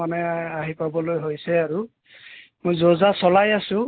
মানে আহি পাবলৈ হৈছে আৰু মই যো যা চলাই আছোঁ